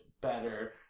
better